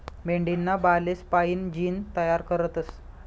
मेंढीना बालेस्पाईन जीन तयार करतस